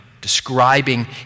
describing